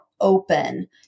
open